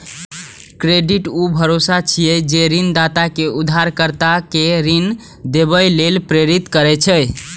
credit ऊ भरोसा छियै, जे ऋणदाता कें उधारकर्ता कें ऋण देबय लेल प्रेरित करै छै